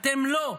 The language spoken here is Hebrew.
אתם לא.